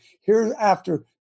hereafter